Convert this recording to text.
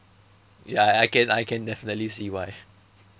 ya I can I can definitely see why